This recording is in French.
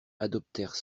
adoptèrent